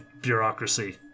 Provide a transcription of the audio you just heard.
Bureaucracy